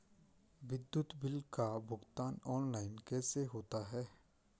विद्युत बिल का भुगतान ऑनलाइन कैसे होता है?